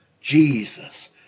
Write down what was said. jesus